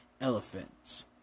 elephants